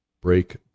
Break